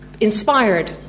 inspired